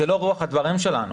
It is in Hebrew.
זאת לא רוח הדברים שלנו.